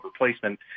replacement